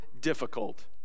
difficult